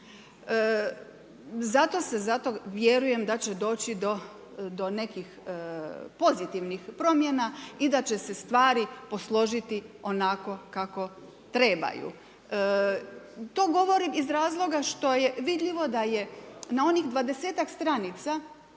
biti. Zato vjerujem da će doći do nekih pozitivnih promjena i da će se stvari posložiti onako kako trebaju, to govorim iz razloga što je vidljivo da je na onih 20-tak stranica